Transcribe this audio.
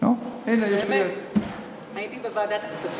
חבר הכנסת